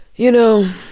you know,